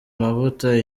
mavuta